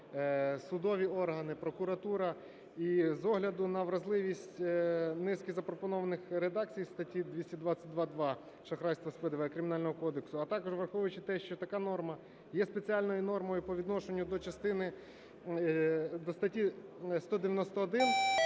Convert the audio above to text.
судові органи, прокуратура. І з огляду на вразливість низки запропонованих редакцій статті 222-2 "Шахрайство з ПДВ" Кримінального кодексу, а також, враховуючи те, що така норма є спеціальною нормою по відношенню до статті 191